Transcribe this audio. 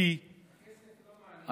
הכסף לא מעניין.